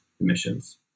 emissions